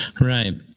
Right